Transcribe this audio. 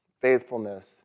faithfulness